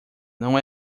não